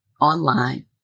online